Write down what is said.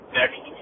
next